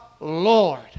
Lord